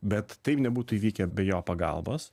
bet tai nebūtų įvykę be jo pagalbos